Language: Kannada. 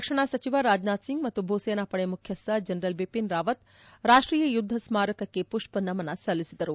ರಕ್ಷಣಾ ಸಚಿವ ರಾಜನಾಥ್ ಸಿಂಗ್ ಮತ್ತು ಭೂ ಸೇನಾ ಪಡೆ ಮುಖ್ಯಸ್ತ ಜನರಲ್ ಬಿಪಿನ್ ರಾವತ್ ರಾಷ್ಟೀಯ ಯುದ್ದ ಸ್ನಾರಕಕ್ಕೆ ಪುಷ್ವ ನಮನ ಸಲ್ಲಿಸಿದರು